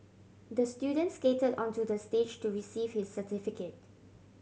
the student skated onto the stage to receive his certificate